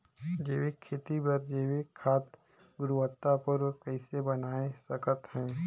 जैविक खेती बर जैविक खाद गुणवत्ता पूर्ण कइसे बनाय सकत हैं?